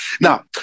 Now